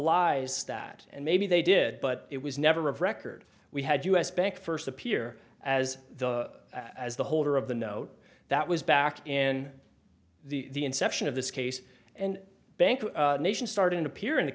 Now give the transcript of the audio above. lies that and maybe they did but it was never of record we had u s bank first appear as the as the holder of the note that was back in the inception of this case and bank nation starting to appear in the